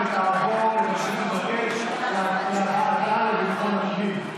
לוועדה שתקבע ועדת הכנסת נתקבלה.